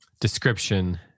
description